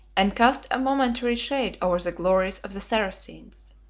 and cast a momentary shade over the glories of the saracens.